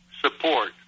support